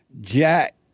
Jack